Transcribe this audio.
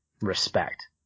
respect